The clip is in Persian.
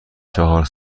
چهار